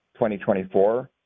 2024